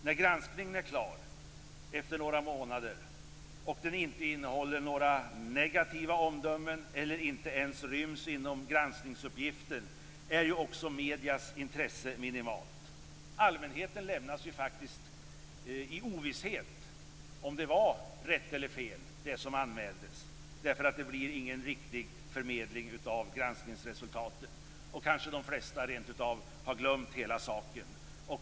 När granskningen är klar efter några månader och den inte innehåller några negativa omdömen eller inte ens ryms inom granskningsuppgiften är ju också mediernas intresse minimalt. Allmänheten lämnas faktiskt i ovisshet om ifall det som anmäldes var rätt eller fel, eftersom det inte blir någon riktig förmedling av granskningsresultatet. Kanske har de flesta rent av glömt hela saken.